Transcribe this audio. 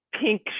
pink